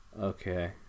Okay